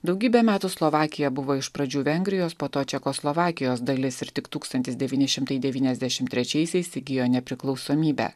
daugybę metų slovakija buvo iš pradžių vengrijos po to čekoslovakijos dalis ir tik tūkstantis devyni šimtai devyniasdešim trečiaisiais įgijo nepriklausomybę